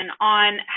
on